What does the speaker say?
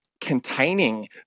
containing